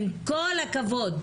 עם כל הכבוד,